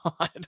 god